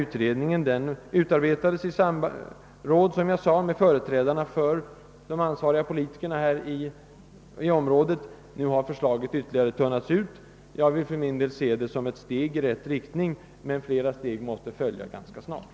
Utredningen har, såsom jag framhållit utarbetats i samråd med företrädare för de ansvariga politikerna inom om rådet. Nu har förslaget tunnats ut. Jag vill för min del se det som ett steg i rätt riktning, men flera steg måste följa ganska snart.